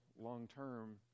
long-term